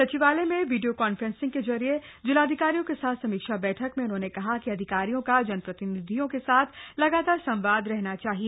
संचिवालय में video conferencing के जरिए जिलाधिकारियों के साथ समीक्षा बैठक में उन्होंने कहा कि अधिकारियों का जनप्रतिनिधियों के साथ लगातार संवाद रहना चाहिए